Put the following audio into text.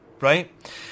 right